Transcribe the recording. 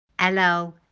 Hello